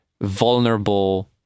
vulnerable